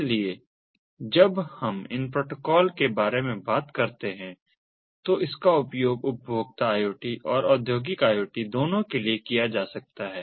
इसलिए जब हम इन प्रोटोकॉल के बारे में बात करते हैं तो इसका उपयोग उपभोक्ता IoT और औद्योगिक IoT दोनों के लिए किया जा सकता है